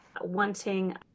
wanting